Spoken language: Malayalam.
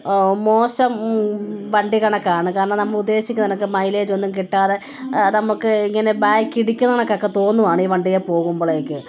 മോശം വണ്ടി കണക്കാണ് കാരണം നമ്മൾ ഉദ്ദേശിക്കുന്ന കണക്ക് മൈലേജൊന്നും കിട്ടാതെ നമ്മൾക്ക് ഇങ്ങനെ ബാക്ക് ഇടിക്കുന്ന കണക്കൊക്കെ തോന്നുകയാണ് ഈ വണ്ടിയിൽ പോവുമ്പോഴേക്ക്